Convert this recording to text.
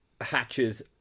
hatches